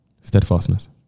Steadfastness